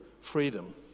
freedom